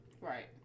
Right